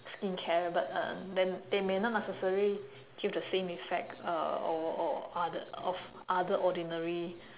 skincare but uh then they may not necessary give the same effect uh or or other of other ordinary